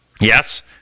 Yes